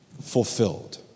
fulfilled